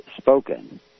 spoken